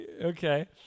Okay